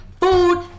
food